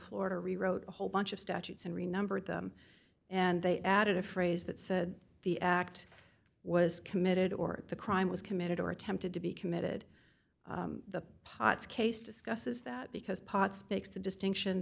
florida rewrote a whole bunch of statutes and remembered them and they added a phrase that said the act was committed or the crime was committed or attempted to be committed the pot's case discusses that because pot speaks the distinction